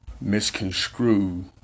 misconstrue